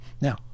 Now